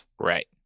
Right